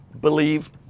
Believe